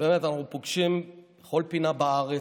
שבאמת אנחנו פוגשים בכל פינה בארץ,